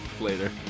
Later